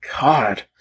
God